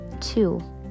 Two